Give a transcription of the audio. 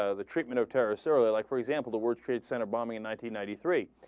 ah the treatment of terrace early like for example the word treats and a bombing in nineteen ninety three